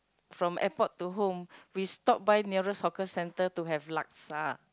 from airport to home we stop by nearest hawker centre to have Laksa